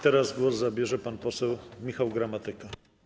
Teraz głos zabierze pan poseł Michał Gramatyka.